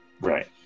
Right